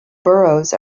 burrows